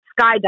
skydiving